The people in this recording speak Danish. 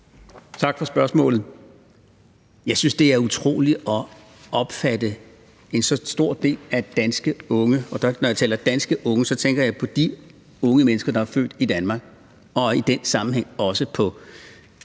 Tak for spørgsmålet. Jeg synes, det er utroligt at opfatte en så stor del af danske unge som kriminelle – og når jeg taler danske unge, tænker jeg på de unge mennesker, der er født i Danmark, og i den sammenhæng også på